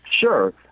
Sure